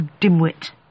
dimwit